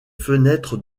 fenêtres